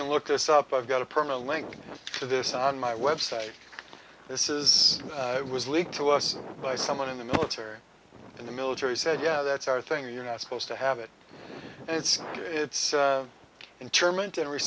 can look this up i've got a permanent link to this on my web site this is it was leaked to us by someone in the military in the military said yeah that's our thing you're not supposed to have it and it's it's in terminated re